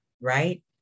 right